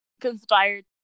conspired